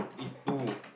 it's two